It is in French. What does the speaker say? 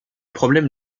problèmes